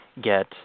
get